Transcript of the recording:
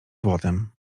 złotem